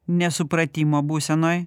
nesupratimo būsenoj